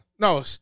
No